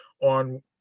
on